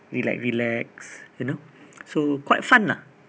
relax relax you know so quite fun lah